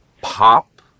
pop